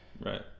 right